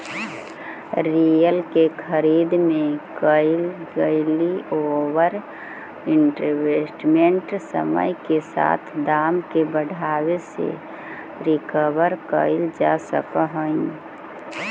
real के खरीद में कईल गेलई ओवर इन्वेस्टमेंट समय के साथ दाम के बढ़ावे से रिकवर कईल जा सकऽ हई